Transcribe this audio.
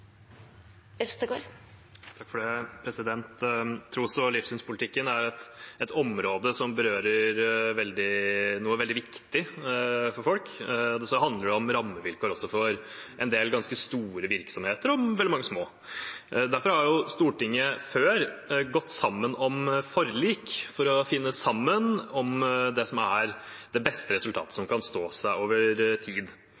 et område som berører noe veldig viktig for folk. Det handler også om rammevilkår for en del ganske store virksomheter – og veldig mange små. Derfor har Stortinget før gått sammen om forlik for å finne sammen om det som er det beste resultatet som kan stå seg over tid.